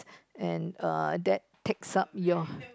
and err that takes up your